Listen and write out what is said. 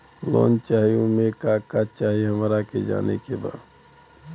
Loan चाही उमे का का चाही हमरा के जाने के बा?